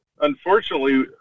Unfortunately